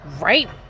Right